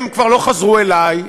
הם כבר לא חזרו אלי,